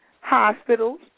hospitals